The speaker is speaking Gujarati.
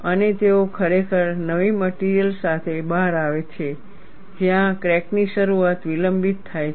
અને તેઓ ખરેખર નવી મટિરિયલ સાથે બહાર આવે છે જ્યાં ક્રેક ની શરૂઆત વિલંબિત થાય છે